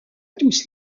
tous